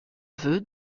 vœu